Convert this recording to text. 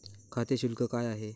खाते शुल्क काय आहे?